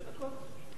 שתי דקות?